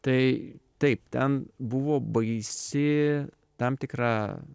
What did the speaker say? tai taip ten buvo baisi tam tikra